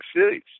cities